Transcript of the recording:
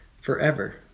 forever